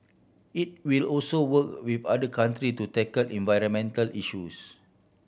it will also work with other country to tackle environmental issues